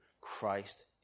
Christ